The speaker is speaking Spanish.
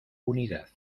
unidad